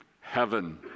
Heaven